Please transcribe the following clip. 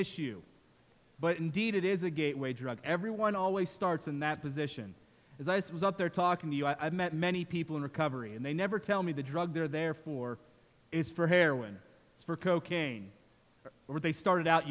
issue but indeed it is a gateway drug everyone always starts in that position as i was out there talking to you i've met many people in recovery and they never tell me the drug they're there for is for heroin for cocaine or they started out